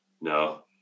No